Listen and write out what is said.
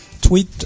tweet